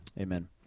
Amen